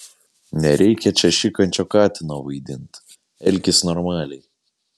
nereikia čia šikančio katino vaidint elkis normaliai